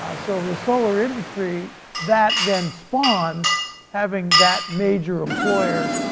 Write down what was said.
ah so the solar industry that then spawns having that major employer,